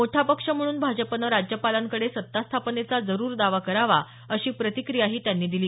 मोठा पक्ष म्हणून भाजपानं राज्यपालांकडे सत्तास्थापनेचा जरुर दावा करावा अशी प्रतिक्रियाही त्यांनी दिली